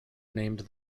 named